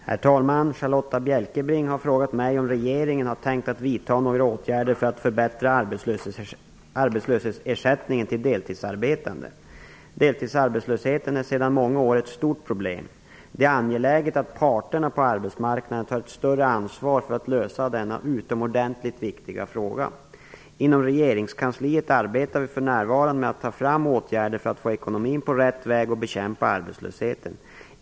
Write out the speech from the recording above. Herr talman! Charlotta Bjälkebring har frågat mig om regeringen har tänkt att vidta några åtgärder för att förbättra arbetslöshetsersättningen till deltidsarbetande. Deltidsarbetslösheten är sedan många år ett stort problem. Det är angeläget att parterna på arbetsmarknaden tar ett större ansvar för att lösa denna utomordentligt viktiga fråga. Inom regeringskansliet arbetar vi för närvarande med att ta fram åtgärder för att få ekonomin på rätt väg och bekämpa arbetslösheten.